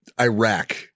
Iraq